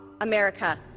America